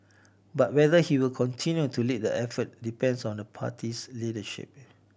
but whether he will continue to lead the effort depends on the party's leadership